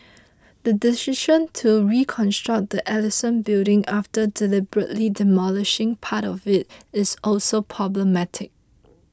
the decision to reconstruct the Ellison Building after deliberately demolishing part of it is also problematic